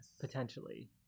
Potentially